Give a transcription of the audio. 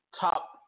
top